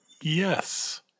Yes